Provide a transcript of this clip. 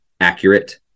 accurate